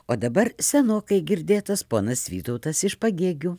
o dabar senokai girdėtas ponas vytautas iš pagėgių